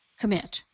commit